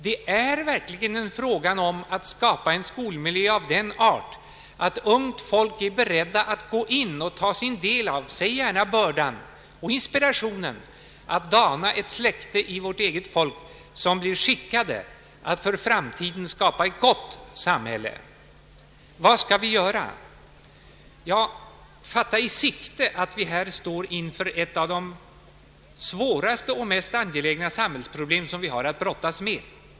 Det gäller nu verkligen att skapa en skolmiljö av den art att ungt folk är beredda att gå in och ta sin del av, säg gärna bördan och inspirationen att dana ett släkte i vårt eget folk som blir skickat att för framtiden skapa ett gott samhälle. Vad skall vi göra? Jo, fatta i sikte att vi här står inför ett av de svåraste och mest angelägna samhällsproblem vi har att brottas med.